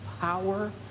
power